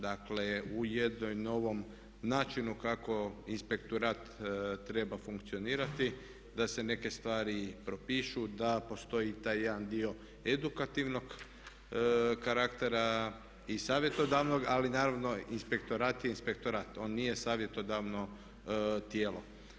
Dakle u jednom novom načinu kako inspektorat treba funkcionirati da se neke stvari propišu, da postoji taj jedan dio edukativnog karaktera i savjetodavnog ali naravno inspektorat je inspektorat, on nije savjetodavno tijelo.